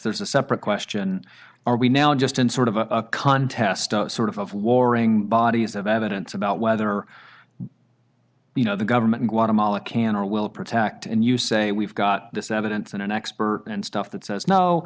there's a separate question are we now just in sort of a contest sort of of warring bodies of evidence about whether you know the government guatemala can or will protect and you say we've got this evidence in an expert and stuff that says no